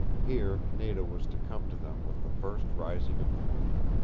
here nada was to come to them with the first rising of the moon.